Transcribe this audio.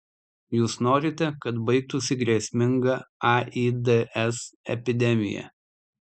jūs norite kad baigtųsi grėsminga aids epidemija